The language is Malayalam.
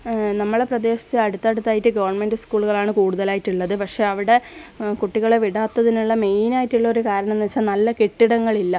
നമ്മളെ പ്രദേശത്ത് അടുത്ത് അടുത്താ ആയിട്ട് ഗവൺമെൻ്റ് സ്കൂളുകളാണ് കൂടുതലായിട്ട് ഉള്ളത് പക്ഷേ അവിടെ കുട്ടികളെ വിടാത്തതിനുള്ള മെയിനായിട്ടുള്ള ഒരു കാരണം എന്നുവച്ചാൽ നല്ല കെട്ടിടങ്ങൾ ഇല്ല